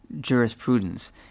jurisprudence